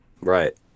Right